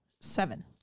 Seven